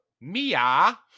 Mia